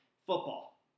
football